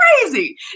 crazy